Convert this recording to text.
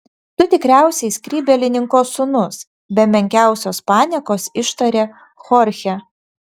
tu tikriausiai skrybėlininko sūnus be menkiausios paniekos ištarė chorchė